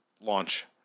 launch